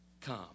come